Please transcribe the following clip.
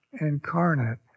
incarnate